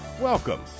welcome